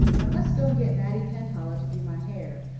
i must go and get mattie penhallow to do my hair.